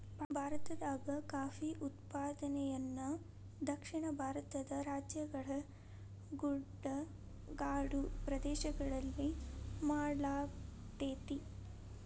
ಭಾರತದಾಗ ಕಾಫಿ ಉತ್ಪಾದನೆಯನ್ನ ದಕ್ಷಿಣ ಭಾರತದ ರಾಜ್ಯಗಳ ಗುಡ್ಡಗಾಡು ಪ್ರದೇಶಗಳಲ್ಲಿ ಮಾಡ್ಲಾಗತೇತಿ